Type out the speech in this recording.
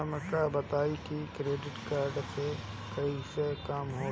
हमका बताई कि डेबिट कार्ड से कईसे काम होला?